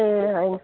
ए होइन